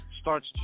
starts